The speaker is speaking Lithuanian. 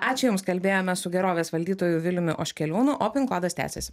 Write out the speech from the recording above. ačiū jums kalbėjome su gerovės valdytoju viliumi oškeliūnu o pin kodas tęsiasi